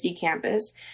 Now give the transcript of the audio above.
campus